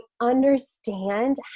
understand